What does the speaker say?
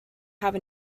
have